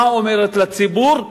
מה היא אומרת לציבור?